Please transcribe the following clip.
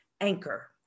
Anchor